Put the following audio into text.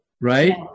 right